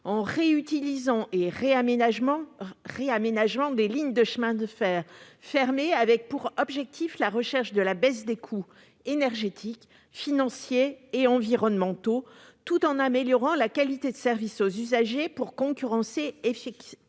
en réutilisant et réaménageant des lignes de chemin de fer fermées, avec pour objectif la recherche de la baisse des coûts énergétiques, financiers et environnementaux, tout en améliorant la qualité de service aux usagers, pour concurrencer efficacement